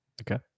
Okay